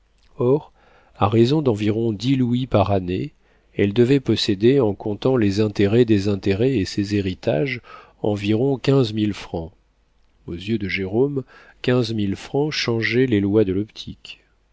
or à raison d'environ dix louis par année elle devait posséder en comptant les intérêts des intérêts et ses héritages environ quinze mille francs aux yeux de jérôme quinze mille francs changeaient les lois de l'optique